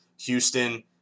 Houston